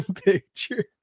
picture